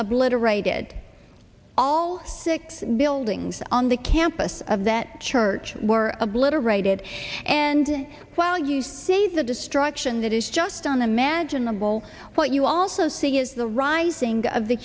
obliterated all six buildings on the campus of that church were obliterated and while you see the destruction that is just unimaginable what you also see is the rising of the